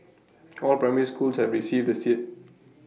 all primary schools have received the set